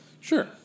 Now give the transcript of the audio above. Sure